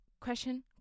question